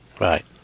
Right